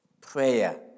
prayer